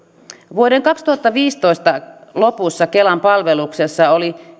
vuoden kaksituhattaviisitoista lopussa kelan palveluksessa oli